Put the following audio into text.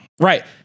Right